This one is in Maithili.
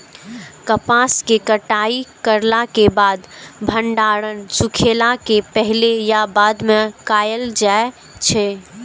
कपास के कटाई करला के बाद भंडारण सुखेला के पहले या बाद में कायल जाय छै?